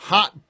Hot